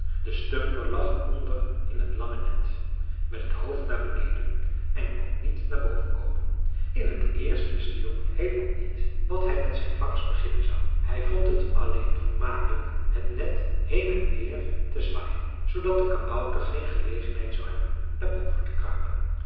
de stumper lag onder in het lange net met het hoofd naar beneden en kon niet naar boven komen in t eerst wist de jongen heelemaal niet wat hij met zijn vangst beginnen zou hij vond het alleen vermakelijk het net heen en weer te zwaaien zoodat de kabouter geen gelegenheid zou hebben naar boven te kruipen